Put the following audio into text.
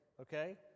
okay